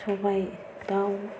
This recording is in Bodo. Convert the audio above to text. सबाइ दाउ